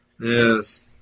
Yes